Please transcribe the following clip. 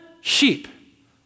sheep